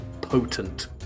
potent